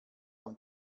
und